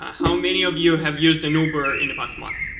ah how many of you have used an uber in the past month,